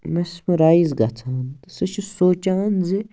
mesmerised گژھان تہٕ سٔہ چھِ سونچھان زِ